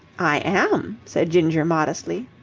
i am, said ginger, modestly.